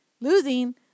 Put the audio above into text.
losing